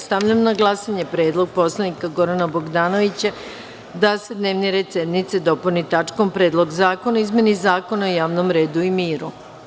Stavljam na glasanje predlog narodnog poslanika Gorana Bogdanovića da se dnevni red sednice dopuni tačkom - Predlog zakona o izmeni Zakona o javnom redu i miru.